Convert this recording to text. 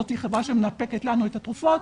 החברה שמנפקת לנו את התרופות,